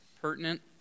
pertinent